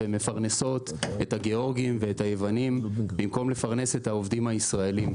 ומפרנסות את הגאורגים ואת היוונים במקום לפרנס את העובדים הישראלים.